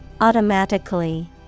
Automatically